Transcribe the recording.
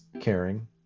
caring